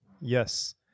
Yes